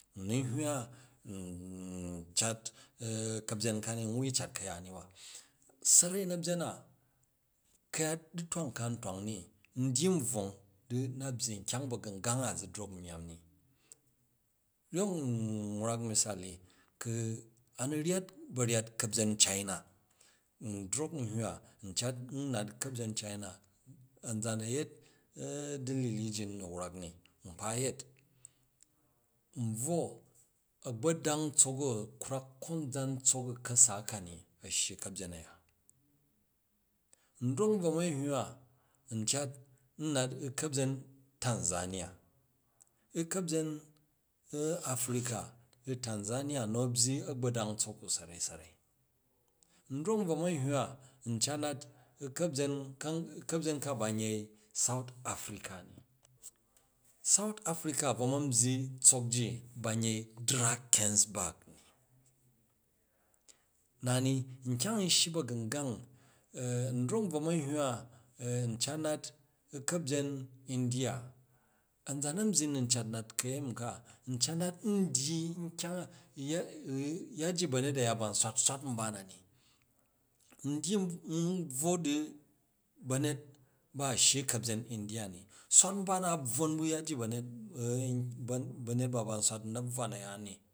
N nun hywa u n cat kabyen kani n wui cat kayani ba, sarai nabyen na kayat dutwang ka n twang ni n dyyi n bvwong di na byyi nkyang bagungang a zu drok u myamm ni, ryok n wrak masali, ku a rm ryyat baryyat kabyen china, n drok n hywa n cat n nat u̱ ka̱nbyen, nzan a̱ yet dalili ji n nu wrak ni, nkpa yet, nbvwo a̱gbodang ntsok u a̱ krwak konzan ntsok u ka̱sa ka̱ni a shyi u̱ ka̱byen a̱ya, ndrok n bvo man hywa ncat nnat u̱ ka̱byen tanzaniya u ka̱byen africa, tanzania nu̱ a̱ byyi a̱gbodang ntsok u̱ sarai sarai, ndrok nbvo man hywa, n cat nat u̱ ka̱byen ka ban yei south africa ni, south africa a bvo ma̱n byyi tsok ji ba nyei drakensburg ni, na ni nkyang n shyi bagungang, n drok u bvo man hywa n cat nat u ka̱byen india, anzam an byyi u nun cat nat kayemi, ka n cat nat n dyyi nkyang a yya ji banyet aya ba nswat swat nba na ni n dyyi n bvwo di banyet ba a shyi u̱ ka̱byen india ni sakat nba na bvwon bu yya ji ba̱nyet yya ji ba̱nyet ba ba̱n swat u̱ na̱bvwa na̱yan ni.